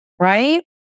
Right